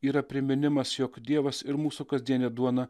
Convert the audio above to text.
yra priminimas jog dievas ir mūsų kasdienė duona